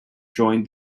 joined